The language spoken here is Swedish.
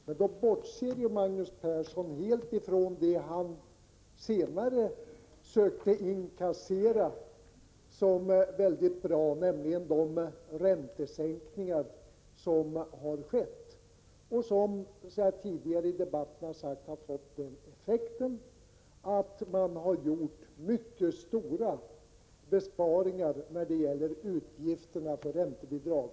Men då bortser Magnus Persson helt från det som han senare försökte ”inkassera” som någonting väldigt bra. Jag avser då de räntesänkningar som har skett och som — som jag tidigare sagt i debatten — har fått den effekten att mycket stora besparingar har kunnat göras när det gäller utgifterna för räntebidrag.